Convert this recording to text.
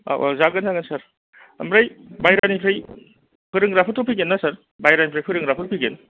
औ औ जागोन जागोन सार ओमफ्राइ बायह्रानिफ्राय फोरोंग्राफोरथ' फैगोन ना सार बायह्रानिफ्राय फोरोंग्राफोर फैगोन